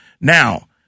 Now